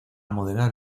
modelar